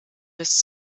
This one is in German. bis